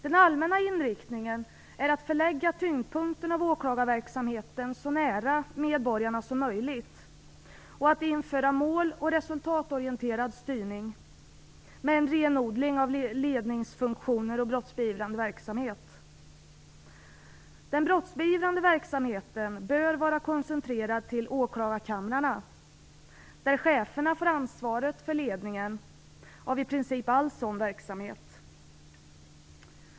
Den allmänna inriktningen är att förlägga tyngdpunkten av åklagarverksamheten så nära medborgarna som möjligt och att införa mål och resultatorienterad styrning, med en renodling av ledningsfunktioner och brottsbeivrande verksamhet. Den brottsbeivrande verksamheten bör vara koncentrerad till åklagarkamrarna där cheferna får ansvaret för ledningen av i princip all sådan verksamhet.